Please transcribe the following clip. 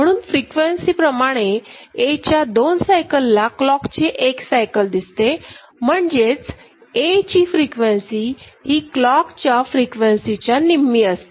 म्हणून फ्रिक्वेन्सी प्रमाणे A च्या 2 सायकलला क्लॉकचे एक सायकल दिसते म्हणजेच Aची फ्रिक्वेन्सी ही क्लॉकच्या फ्रिक्वेन्सीच्या निम्मी असते